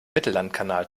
mittellandkanal